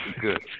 good